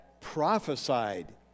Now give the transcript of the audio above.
prophesied